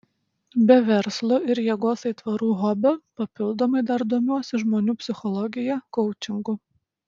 be verslo ir jėgos aitvarų hobio papildomai dar domiuosi žmonių psichologija koučingu